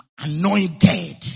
anointed